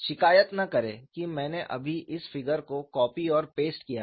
शिकायत न करें कि मैंने अभी इस फिगर को कॉपी और पेस्ट किया है